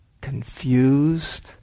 confused